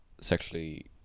sexually